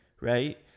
right